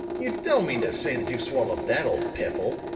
you don't mean to say that you've swallowed that old piffle!